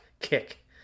kick